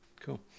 Cool